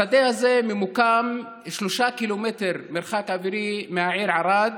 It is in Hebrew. השדה הזה ממוקם 3 ק"מ, מרחק אווירי, מהעיר ערד